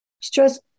stress